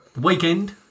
Weekend